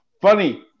Funny